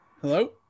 hello